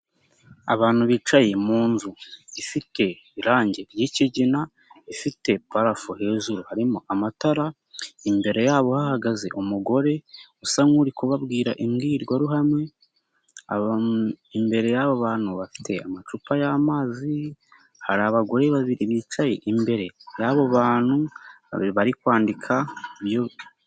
Abantu bicaye mu nzu ifite irangi ry'ikigina, ifite parafu he hejuru harimo amatara, imbere yabo bahagaze umugore usa nk'uri kubabwira imbwirwaruhame, imbere y'aba bantu bafite amacupa y'amazi, hari abagore babiri bicaye imbere y'abo bantu, bari kwandika.